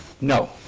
no